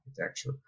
architecture